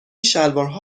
شلوارها